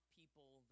people